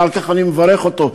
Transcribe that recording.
ועל כך אני מברך אותו.